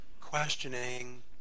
questioning